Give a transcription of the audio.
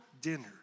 dinner